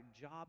job